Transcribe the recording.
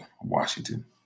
Washington